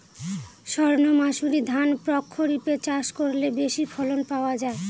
সর্ণমাসুরি ধান প্রক্ষরিপে চাষ করলে বেশি ফলন পাওয়া যায়?